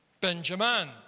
Benjamin